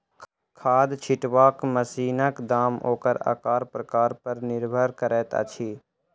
खाद छिटबाक मशीनक दाम ओकर आकार प्रकार पर निर्भर करैत अछि